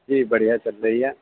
جی بڑھیا چل رہی ہے